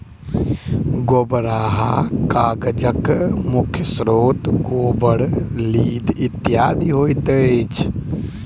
गोबराहा कागजक मुख्य स्रोत गोबर, लीद इत्यादि होइत अछि